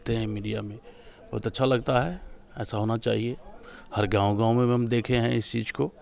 करते हैं मीडिया लोग बहुत अच्छा लगता है ऐसा होना चाहिए हर गाँव गाँव में भी देखे हैं इस चीज को